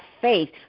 faith